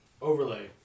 overlay